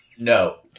No